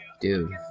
Dude